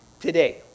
today